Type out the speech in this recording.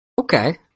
Okay